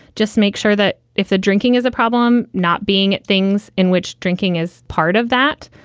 just make sure that if the drinking is a problem, not being things in which drinking is part of that.